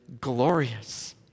glorious